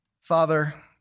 Father